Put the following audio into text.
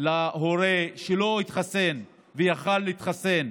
להורה שלא התחסן ויכול היה להתחסן.